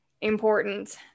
important